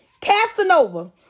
Casanova